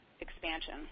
expansion